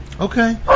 Okay